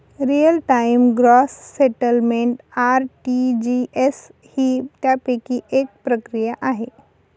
real time gross settlement RTGS ही त्यापैकी एक प्रक्रिया आहे